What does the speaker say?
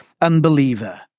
unbeliever